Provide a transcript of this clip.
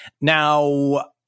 Now